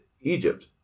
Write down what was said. Egypt